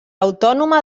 autònoma